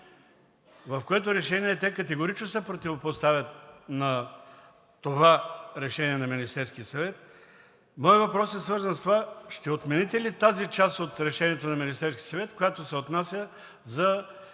в което решение те категорично се противопоставят на това решение на Министерския съвет, моят въпрос е свързан с това – ще отмените ли тази част от Решението на Министерския съвет, която се отнася за